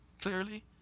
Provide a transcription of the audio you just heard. clearly